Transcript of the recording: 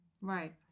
Right